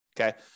Okay